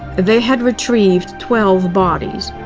they had retrieved twelve bodies.